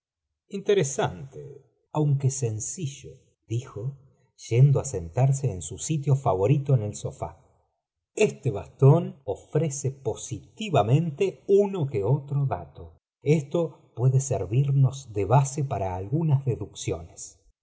interesante aunque sencillo dijo yendo á gntarse en su sitio favorito en el sofá este bastón ofrece positivamente uno que otro dato esto puede servuno de base para algunas deducciones